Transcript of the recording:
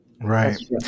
Right